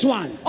one